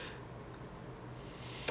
but you don't like biology is it